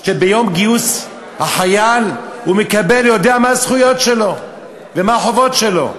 שביום הגיוס החייל יודע מה הזכויות ומה החובות שלו.